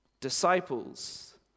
Disciples